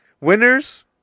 Winners